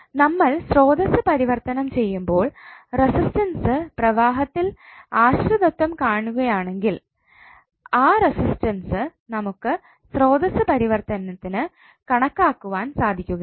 നമ്മൾ സ്രോതസ്സ് പരിവർത്തനം ചെയ്യുമ്പോൾ റെസിസ്റ്റൻസ് പ്രവാഹത്തിൽ ആശ്രിതത്വം കാണുകയാണെങ്കിൽ ആ റെസിസ്റ്റൻസ് നമുക്ക് സ്രോതസ്സ് പരിവർത്തനത്തിന് കണക്കാക്കുവാൻ സാധിക്കുകയില്ല